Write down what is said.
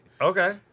Okay